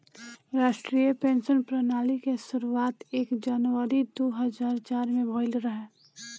राष्ट्रीय पेंशन प्रणाली के शुरुआत एक जनवरी दू हज़ार चार में भईल रहे